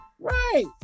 Right